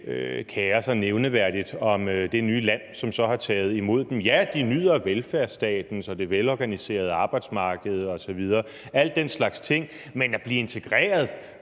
kerer sig nævneværdigt om det nye land, som så har taget imod dem. Jo, de nyder velfærdsstaten, det velorganiserede arbejdsmarked og al den slags ting, men at blive integreret,